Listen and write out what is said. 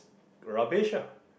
rubbish lah